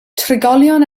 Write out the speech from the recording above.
trigolion